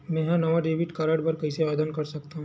मेंहा नवा debit card बर कैसे आवेदन कर सकथव?